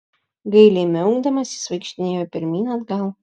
gailiai miaukdamas jis vaikštinėjo pirmyn atgal